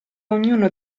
ognuno